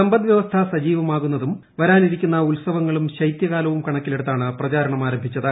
സമ്പദ്വൃവസ്ഥ സജീവമാകുന്നതും വരാനിരിക്കുന്ന ഉത്സവങ്ങളും ശൈതൃകാലവും കണക്കിലെടുത്താണ് പ്രചാരണം ആരംഭിച്ചത്